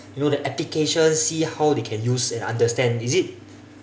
you know the application see how they can use and understand is it